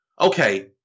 Okay